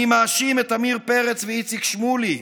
אני מאשים את עמיר פרץ ואיציק שמולי,